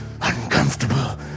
uncomfortable